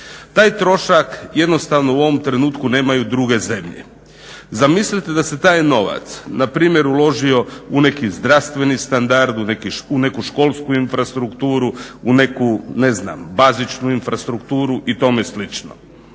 Taj trošak jednostavno u ovom trenutku nemaju druge zemlje. zamislite da se taj nova npr. uložio u neki zdravstveni standard u neku školsku infrastrukturu u neku bazičnu infrastrukturu i tome slično.